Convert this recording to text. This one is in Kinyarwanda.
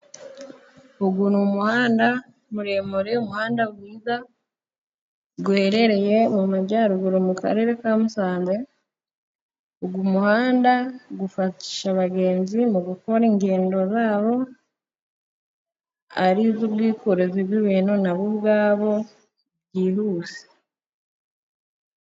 Uyu ni umuhanda muremure mwiza uherereye mu majyaruguru mu karere ka Musanze. uyu Umuhanda ufasha abagenzi mu gukora ingendo zabo ari iz'ubwikorezi bw'ibintu nabo ubwabo byihuse.